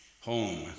home